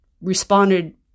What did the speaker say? responded